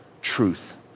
truth